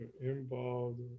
Involved